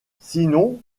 sinon